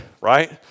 right